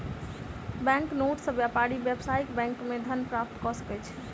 bank note सॅ व्यापारी व्यावसायिक बैंक मे धन प्राप्त कय सकै छै